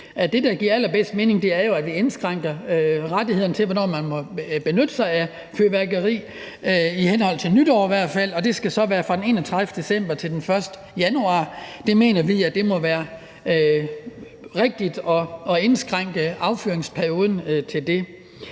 det, der giver allerbedst mening, er, at vi indskrænker rettighederne til, hvornår man må benytte sig af fyrværkeri i henhold til nytår i hvert fald, og det skal så være fra den 31. december til den 1. januar. Vi mener, det må være rigtigt at indskrænke affyringsperioden til det.